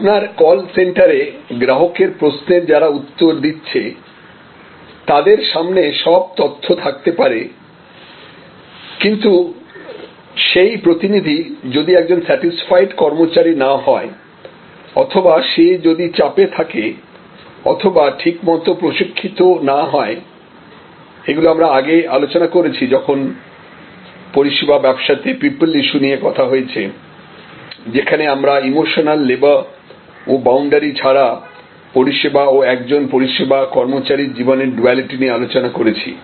আপনার কল সেন্টারে গ্রাহকের প্রশ্নের যারা উত্তর দিচ্ছে তাদের সামনে সব তথ্য থাকতে পারে কিন্তু সেই প্রতিনিধি যদি একজন স্যাটিসফাইড কর্মচারী না হয় অথবা সে যদি চাপে থাকে অথবা ঠিকমতো প্রশিক্ষিত না হয়এগুলি আমরা আগে আলোচনা করেছি যখন পরিষেবা ব্যবসাতে পিপল ইস্যু নিয়ে কথা হয়েছে যেখানে আমরা ইমোশনাল লেবার ও বাউন্ডারি ছাড়া পরিষেবা ও একজন পরিষেবা কর্মচারীর জীবনের ডুয়ালিটি নিয়ে আলোচনা করেছি